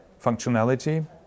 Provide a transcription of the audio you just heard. functionality